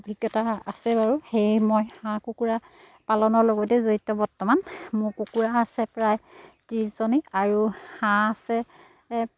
অভিজ্ঞতা আছে বাৰু সেয়ে মই হাঁহ কুকুৰা পালনৰ লগতে জড়িত বৰ্তমান মোৰ কুকুৰা আছে প্ৰায় ত্ৰিছজনী আৰু হাঁহ আছে